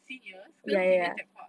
seniors 跟 seniors 讲话